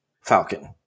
Falcon